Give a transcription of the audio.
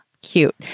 cute